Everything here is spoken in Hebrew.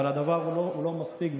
אבל הדבר לא מספיק,